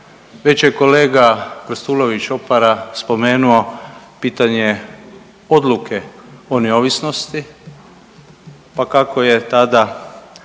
Već je kolega Krstulović Opara spomenuo pitanje odluke o neovisnosti, pa kako je tada